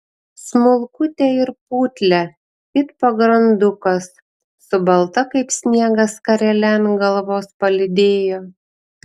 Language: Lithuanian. smulkutę ir putlią it pagrandukas su balta kaip sniegas skarele ant galvos palydėjo